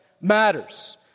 matters